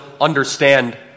understand